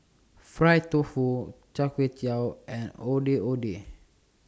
Fried Tofu Char Kway Teow and Ondeh Ondeh